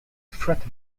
threaten